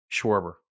Schwarber